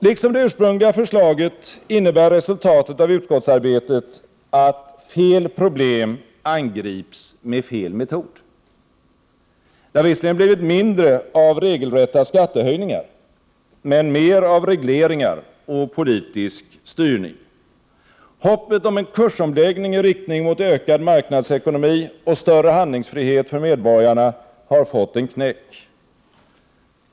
Liksom det ursprungliga förslaget innebär resultatet av utskottsarbetet att fel problem angrips med fel metod. Det har visserligen blivit mindre av regelrätta skattehöjningar, men mer av regleringar och politisk styrning. Hoppet om en kursomläggning i riktning mot ökad marknadsekonomi och större handlingsfrihet för medborgarna har fått en knäck.